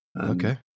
Okay